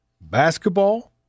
basketball